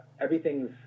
Everything's